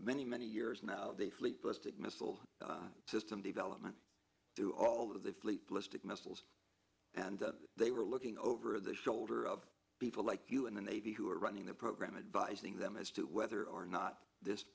many many years now the fleet busted missile system development do all of the fleet ballistic missiles and they were looking over the shoulder of people like you and the navy who are running the program advising them as to whether or not this